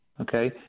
okay